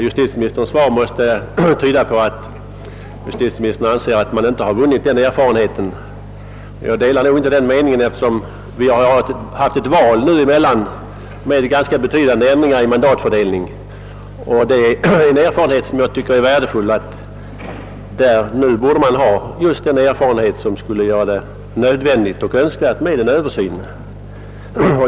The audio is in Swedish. Justitieministerns svar tyder på att han anser att man inte vunnit sådan erfarenhet ännu. Jag delar inte den uppfattningen, eftersom vi har haft ett val sedan dess, vilket medfört ganska bety dande ändringar i mandatfördelningen. Det tycker jag är en värdefull erfarenhet, som borde göra det nödvändigt med en Översyn.